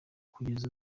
kugeza